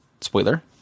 spoiler